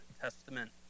Testament